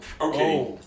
Okay